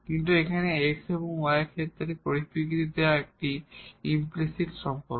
কিন্তু এখানে x এবং y এর পরিপ্রেক্ষিতে দেওয়া একটি ইমপ্লিসিট সম্পর্ক